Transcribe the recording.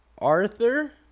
Arthur